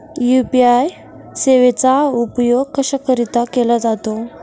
UPI सेवेचा उपयोग कशाकरीता केला जातो?